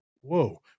Whoa